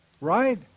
right